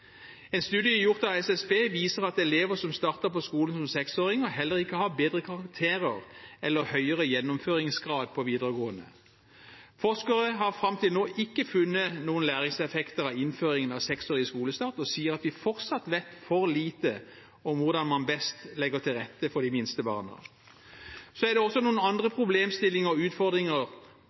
En studie gjort av SSB viser at elever som starter på skolen som seksåringer, heller ikke har bedre karakterer eller høyere gjennomføringsgrad på videregående. Forskere har fram til nå ikke funnet noen læringseffekter av innføringen av seksårig skolestart, og sier at de fortsatt vet for lite om hvordan man best legger til rette for de minste barna. Så er det også noen andre problemstillinger og utfordringer